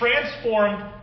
transformed